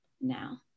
now